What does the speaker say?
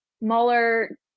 Mueller